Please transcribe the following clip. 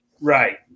Right